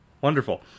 wonderful